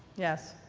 yes.